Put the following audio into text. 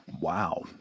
Wow